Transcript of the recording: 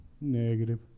negative